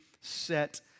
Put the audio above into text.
set